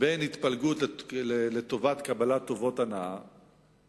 בין התפלגות לטובת קבלת טובות הנאה